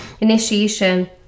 initiation